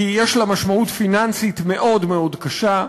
כי יש לה משמעות פיננסית מאוד מאוד קשה.